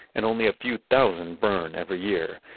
and only a few thousand burn every year.